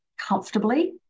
comfortably